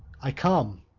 i come.